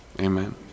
amen